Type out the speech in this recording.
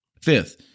Fifth